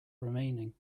remaining